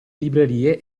librerie